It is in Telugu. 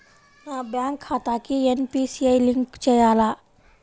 నా బ్యాంక్ ఖాతాకి ఎన్.పీ.సి.ఐ లింక్ చేయాలా?